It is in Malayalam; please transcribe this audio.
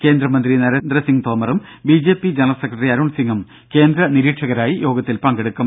കേന്ദ്രമന്ത്രി നരേന്ദ്രസിംഗ് തോമറും ബിജെപി ജനറൽ സെക്രട്ടറി അരുൺ സിങും കേന്ദ്ര നിരീക്ഷകരായി യോഗത്തിൽ പങ്കെടുക്കും